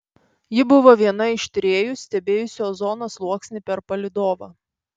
ji buvo viena iš tyrėjų stebėjusių ozono sluoksnį per palydovą